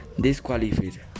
disqualified